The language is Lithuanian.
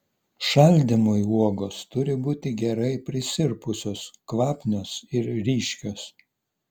šaldymui uogos turi būti gerai prisirpusios kvapnios ir ryškios